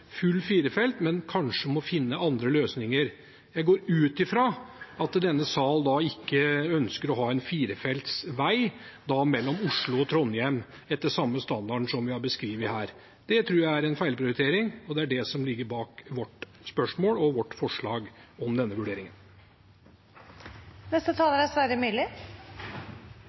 full firefeltsvei, men kanskje må finne andre løsninger. Jeg går ut fra at denne salen ikke ønsker å ha en firefeltsvei mellom Oslo og Trondheim etter den samme standarden som vi har beskrevet her. Det tror jeg er en feilprioritering, og det er det som ligger bak vårt spørsmål og vårt forslag om denne